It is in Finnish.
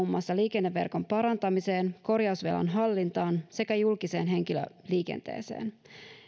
muun muassa liikenneverkon parantamiseen korjausvelan hallintaan sekä julkiseen henkilöliikenteeseen